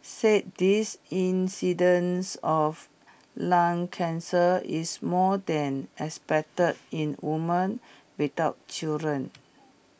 said this incidence of lung cancer is more than expected in woman without children